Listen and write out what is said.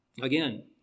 Again